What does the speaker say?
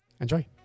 Enjoy